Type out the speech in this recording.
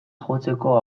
jotzeko